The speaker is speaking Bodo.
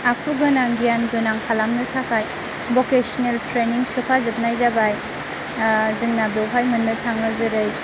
आखु गोनां गियान गोनां खालामनो थाखाय भकेसनेल ट्रेनिं सोखाजोबनाय जाबाय जोंना बेवहाय मोननो थाङो जेरै